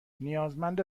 نیازمند